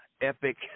epic